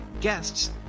guests